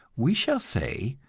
we shall say,